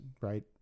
right